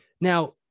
Now